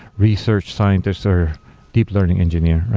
research scientist or deep learning engineer.